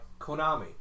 Konami